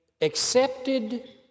accepted